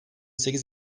sekiz